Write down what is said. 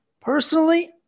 Personally